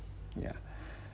yeah